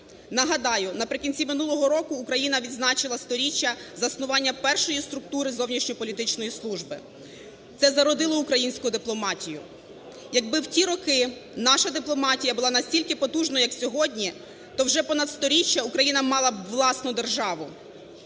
Нагадаю, наприкінці минулого року Україна відзначила 100-річчя заснування першої структури зовнішньополітичної служби. Це зародило українську дипломатію. Якби в ті роки наша дипломатія була настільки потужною, як сьогодні, то вже понад 100-річчя Україна б мала власну державу,